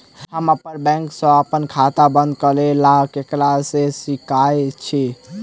हम अप्पन बैंक सऽ अप्पन खाता बंद करै ला ककरा केह सकाई छी?